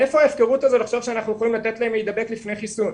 מאיפה ההפקרות הזאת לחשוב שאנחנו יכולים לתת להם להידבק לפני חיסון?